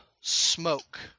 smoke